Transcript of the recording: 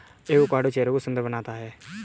avocado चेहरे को सुंदर बनाता है